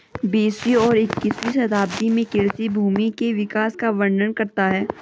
बीसवीं और इक्कीसवीं शताब्दी में कृषि भूमि के विकास का वर्णन करता है